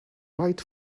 right